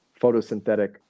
photosynthetic